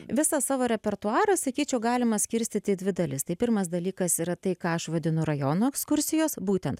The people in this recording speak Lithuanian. visą savo repertuarą sakyčiau galima skirstyti į dvi dalis tai pirmas dalykas yra tai ką aš vadinu rajonų ekskursijos būtent